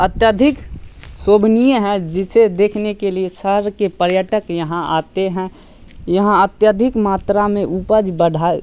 अत्यधिक शोभनीय है जिसे देखने के लिए शहर के पर्यटक यहाँ आते हैं यहाँ अत्यधिक मात्रा में उपज बढ़ा है